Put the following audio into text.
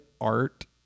art